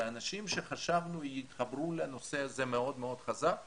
אנשים שחשבנו שיתחברו לנושא הזה מאוד מאוד חזק אמרו: